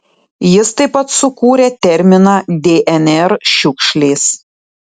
jis taip pat sukūrė terminą dnr šiukšlės